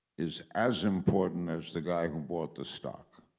is as important as the guy who bought the stock.